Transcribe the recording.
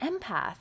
empath